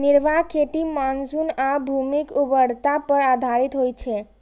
निर्वाह खेती मानसून आ भूमिक उर्वरता पर आधारित होइ छै